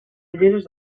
ulleres